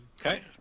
Okay